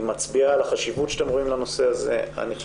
ועית ולא על-ידי אנשי מקצוע מין התחום איך